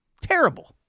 Terrible